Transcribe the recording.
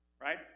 Right